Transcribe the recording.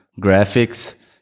graphics